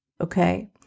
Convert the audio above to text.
okay